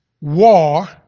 war